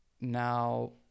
now